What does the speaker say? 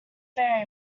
very